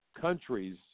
countries